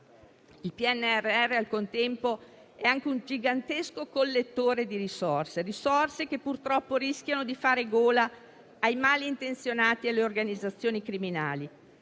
Il PNRR, al contempo, è anche un gigantesco collettore di risorse, che purtroppo rischiano di fare gola ai malintenzionati e alle organizzazioni criminali.